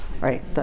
Right